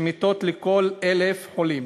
תענה, מאה אחוז.